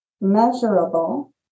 measurable